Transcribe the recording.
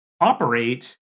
operate